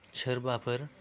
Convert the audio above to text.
सोरबाफोर